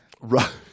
Right